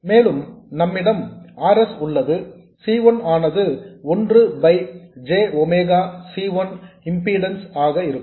மேலும் நம்மிடம் R s உள்ளது C 1 ஆனது ஒன்று by j omega C 1 impedance ஆக இருக்கும்